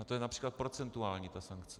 To je například procentuální sankce.